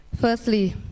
firstly